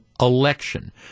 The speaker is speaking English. election